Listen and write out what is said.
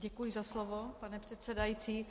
Děkuji za slovo, pane předsedající.